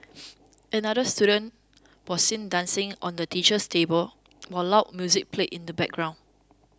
another student was seen dancing on the teacher's table while loud music played in the background